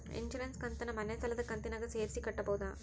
Insurance ಕಂತನ್ನ ಮನೆ ಸಾಲದ ಕಂತಿನಾಗ ಸೇರಿಸಿ ಕಟ್ಟಬೋದ?